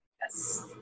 Yes